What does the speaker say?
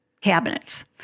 cabinets